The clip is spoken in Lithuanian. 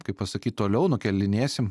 kaip pasakyt toliau nukėlinėsim